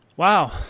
Wow